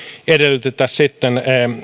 edellytetä